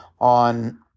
on